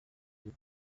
ari